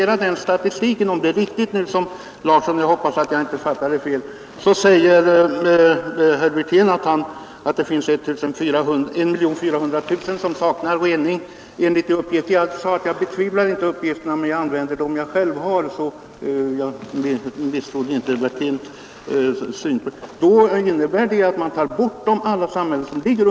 Vad statistiken beträffar — jag hoppas att jag inte missuppfattat den — så säger herr Wirtén att avloppen från bostäder för 1 400 000 människor saknar rening. Jag betvivlar inte dessa uppgifter, men jag använder dem som jag själv har inhämtat från 1970 års debatt. Jag misstror inte herr Wirtén.